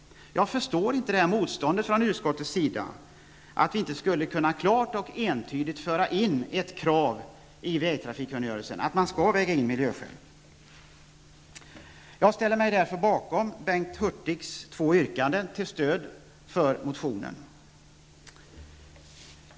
Jag förstår ändå inte motståndet från utskottets sida mot att vi klart och entydigt skall kunna föra in ett krav i vägtrafikkungörelsen att miljöskäl skall vägas in. Jag ställer mig därför bakom Bengt Hurtigs två yrkanden till stöd för motionen.